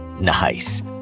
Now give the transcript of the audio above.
Nice